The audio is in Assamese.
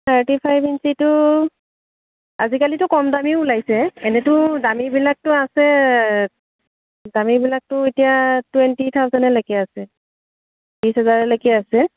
থাৰ্টি ফাইভ ইঞ্চীটো আজিকালিতো কম দামীও ওলাইছে এনেতো দামীবিলাকতো আছে দামীবিলাকতো এতিয়া টুৱেণ্টি থাউজেনলেকে আছে বিছ হেজাৰলেকে আছে